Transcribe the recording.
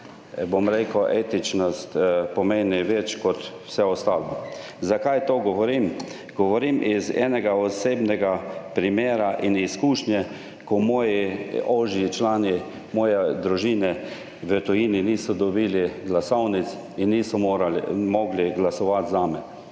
poklicna etičnost pomeni več kot vse ostalo. Zakaj to govorim? Govorim iz osebnega primera in izkušnje, ko ožji člani moje družine v tujini niso dobili glasovnic in niso mogli glasovati. Zame